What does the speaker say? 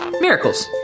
Miracles